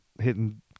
hitting